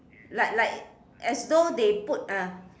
like like as though they put a